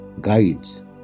guides